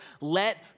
Let